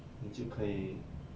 你就可以